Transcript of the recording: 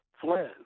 Flynn